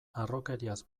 harrokeriaz